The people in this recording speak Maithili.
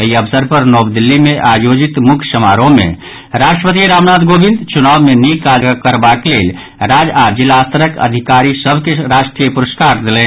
एहि अवसर पर नव दिल्ली मे आयोजित मुख्य समारोह मे राष्ट्रपति रामनाथ कोविंद चुनाव मे नीक काज करबाक लेल राज्य आओर जिलास्तरक अधिकारी सभ के राष्ट्रीय पुरस्कार देलनि